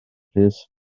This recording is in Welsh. plîs